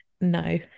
no